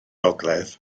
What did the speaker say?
gogledd